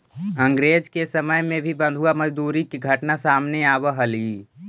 अंग्रेज के समय में भी बंधुआ मजदूरी के घटना सामने आवऽ हलइ